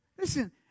Listen